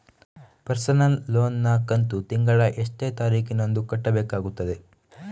Personal loan ನ ಕಂತು ತಿಂಗಳ ಎಷ್ಟೇ ತಾರೀಕಿನಂದು ಕಟ್ಟಬೇಕಾಗುತ್ತದೆ?